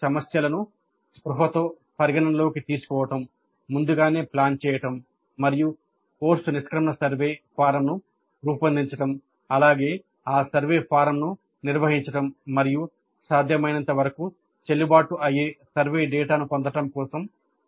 ఈ సమస్యలను స్పృహతో పరిగణనలోకి తీసుకోవడం ముందుగానే ప్లాన్ చేయడం మరియు కోర్సు నిష్క్రమణ సర్వే ఫారమ్ను రూపొందించడం అలాగే ఆ సర్వే ఫారమ్ను నిర్వహించడం మరియు సాధ్యమైనంతవరకు చెల్లుబాటు అయ్యే సర్వే డేటాను పొందడం కోసం